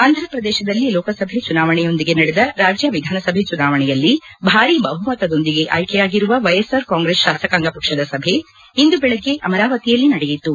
ಆಂಧಪ್ರದೇಶದಲ್ಲಿ ಲೋಕಸಭೆ ಚುನಾವಣೆಯೊಂದಿಗೆ ನಡೆದ ರಾಜ್ಯ ವಿಧಾನಸಭೆ ಚುನಾವಣೆಯಲ್ಲಿ ಭಾರೀ ಬಹುಮತದೊಂದಿಗೆ ಆಯ್ಕೆಯಾಗಿರುವ ವೈಎಸ್ಆರ್ ಕಾಂಗ್ರೆಸ್ ಶಾಸಕಾಂಗ ಪಕ್ಷದ ಸಭೆ ಇಂದು ಬೆಳಗ್ಗೆ ಅಮರಾವತಿಯಲ್ಲಿ ನಡೆಯಿತು